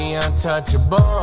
untouchable